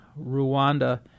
Rwanda